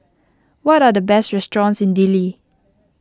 what are the best restaurants in Dili